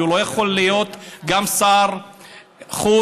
והוא לא יכול להיות גם שר חוץ,